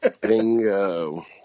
Bingo